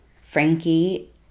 frankie